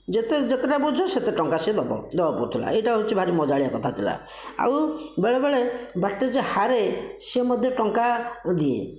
ଯେତେ ଯେତେଟା ବୋଝ ସେ ସେତେ ଟଙ୍କା ସେ ଦେବ ଦେବାକୁ ପଡୁଥିଲା ଏଇଟା ହେଉଛି ଭାରି ମଜାଳିଆ କଥା ଥିଲା ଆଉ ବେଳେବେଳେ ବାଟିରେ ଯିଏ ହାରେ ସେ ମଧ୍ୟ ଟଙ୍କା ଦିଏ